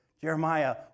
Jeremiah